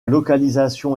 localisation